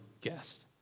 guest